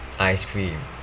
ice cream